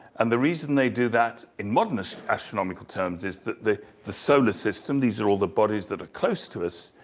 and the reason they do that in modern astronomical terms is that the the solar system, these are all the bodies that are close to us,